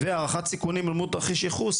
והערכת סיכונים אמות תרחיש ייחוס,